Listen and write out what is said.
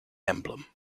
emblem